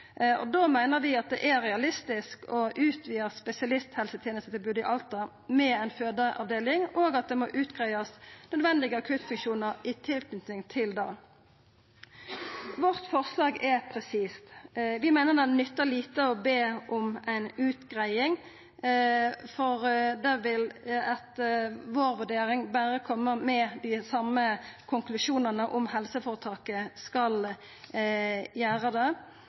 nettverksmodell. Da meiner vi at det er realistisk å utvida spesialisthelsetenestetilbodet i Alta med ei fødeavdeling, og at det må utgreiast nødvendige akuttfunksjonar i tilknyting til det. Vårt forslag er presist. Vi meiner det nyttar lite å be om ei utgreiing, for det vil etter vår vurdering berre koma med dei same konklusjonane om at helseføretaket skal gjera det.